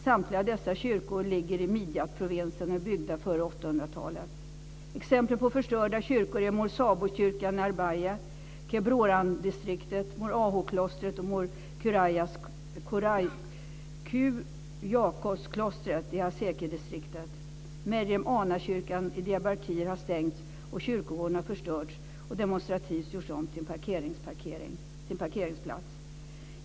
Samtliga dessa kyrkor ligger i Midiyat-provinsen och är byggda före 800-talet. Exempel på förstörda kyrkor är Mor Sabokyrkan i Arbaye i Kebrorandistriktet samt Mor Ahoklostret och Mor Kuryakos-klostret i Hasakeyedistriktet. Meryem Ana-kyrkan i Diyarbakir har stängts. Kyrkogården har förstörts och demonstrativt gjorts om till en parkeringsplats.